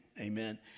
amen